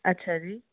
ਅੱਛਾ ਜੀ